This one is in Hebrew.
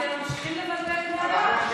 אתם ממשיכים לבלבל בני אדם.